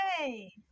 Yay